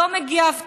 לא מגיעה אבטחה,